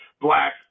black